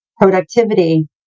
productivity